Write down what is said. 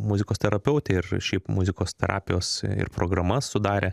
muzikos terapeutė ir šiaip muzikos terapijos ir programas sudarė